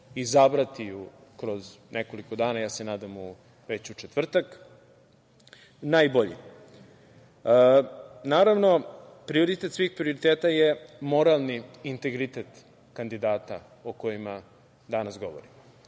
izabrati kroz nekoliko dana, ja se nadam već u četvrtak, najbolji. Naravno, prioritet svih prioriteta je moralni integritet kandidata o kojima danas